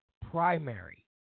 primary